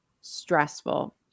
stressful